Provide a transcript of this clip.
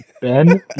Ben